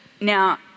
Now